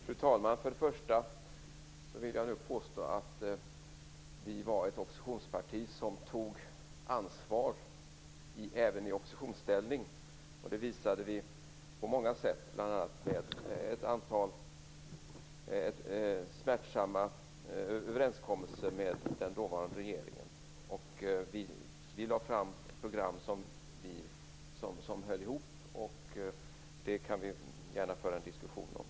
Fru talman! Först och främst vill jag påstå att vi var ett parti som tog ansvar även i oppositionsställning. Det visade vi på många sätt, bl.a. genom ett antal smärtsamma överenskommelser med den dåvarande regeringen. Vi lade också fram program som höll ihop. Detta kan vi gärna föra en diskussion om.